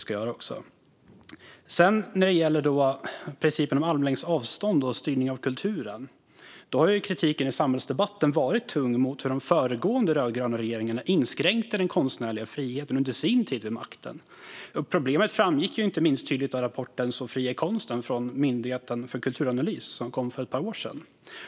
När det sedan gäller principen om armlängds avstånd och styrning av kulturen har kritiken varit tung i samhällsdebatten mot hur de föregående rödgröna regeringarna inskränkte den konstnärliga friheten under sin tid vid makten. Problemet framgick tydligt inte minst av rapporten Så fri är konsten från Myndigheten för kulturanalys, som kom för ett par år sedan.